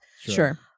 sure